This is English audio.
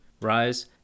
rise